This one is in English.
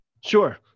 Sure